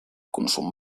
consum